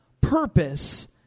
purpose